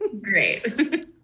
Great